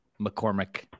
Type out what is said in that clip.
McCormick